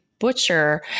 butcher